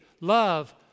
love